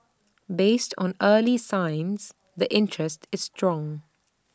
based on early signs the interest is strong